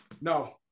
No